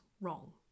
wrong